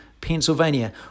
Pennsylvania